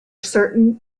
certain